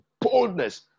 boldness